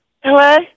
Hello